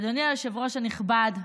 אדוני היושב-ראש הנכבד,